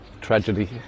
tragedy